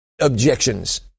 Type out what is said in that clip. objections